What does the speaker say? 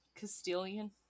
Castilian